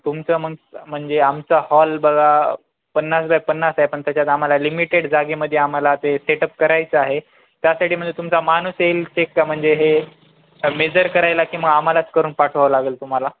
तुमचं मग म्हणजे आमचा हॉल बा पन्नास बाय पन्नास आहे पण त्याच्यात आम्हाला लिमिटेड जागेमध्ये आम्हाला ते सेटअप करायचं आहे त्यासाठी म्हणजे तुमचा माणूस येईल चेक का म्हणजे हे मेजर करायला की मग आम्हालाच करून पाठवावं लागेल तुम्हाला